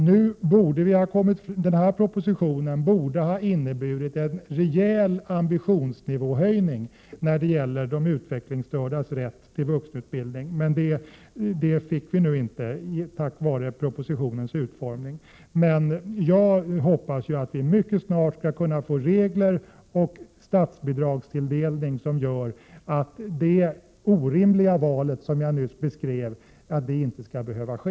Förslagen i den nu föreliggande propositionen borde ha inneburit en rejäl höjning av ambitionsnivån när det gäller de utvecklingsstördas rätt till vuxenutbildning. Men på grund av den utformning som propositionen nu har fått kommer så inte att bli fallet. Jag hoppas emellertid att vi mycket snart skall kunna få regler och tilldelning av statsbidrag som medför att det orimliga val som jag nyss beskrev aldrig skall behöva ske.